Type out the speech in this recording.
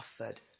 offered